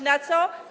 Na co?